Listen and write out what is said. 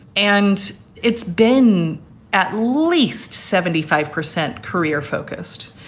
and it's been at least seventy five percent career focused.